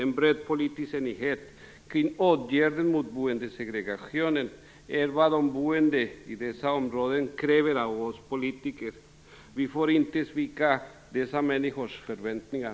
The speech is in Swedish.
En bred politisk enighet kring åtgärder mot boendesegregationen är vad de boende i dessa områden kräver av oss politiker. Vi får inte svika dessa människors förväntningar.